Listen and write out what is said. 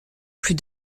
plus